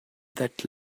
that